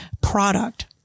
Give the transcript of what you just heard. product